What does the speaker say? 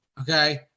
Okay